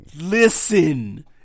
Listen